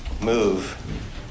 move